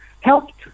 helped